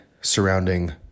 surrounding